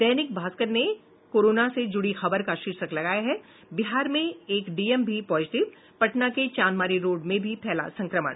दैनिक भास्कर ने कोरोना से जुड़ी खबर का शीर्षक लगाया है बिहार में एक डीएम भी पॉजिटिव पटना के चांदमारी रोड में भी फैला संक्रमण